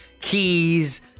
keys